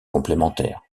complémentaires